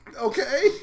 Okay